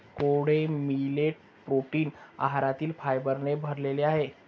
कोडो millet protein आहारातील फायबरने भरलेले आहे